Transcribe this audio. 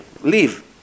Leave